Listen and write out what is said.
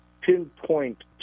pinpoint